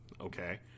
Okay